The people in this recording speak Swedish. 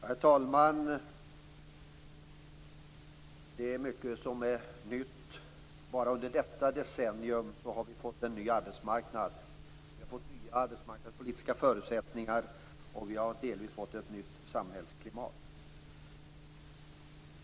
Herr talman! Det är mycket som är nytt. Bara under detta decennium har vi fått en ny arbetsmarknad. Vi har fått nya arbetsmarknadspolitiska förutsättningar, och vi har delvis fått ett nytt samhällsklimat.